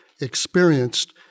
experienced